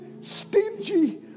stingy